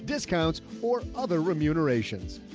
discounts, or other remunerations.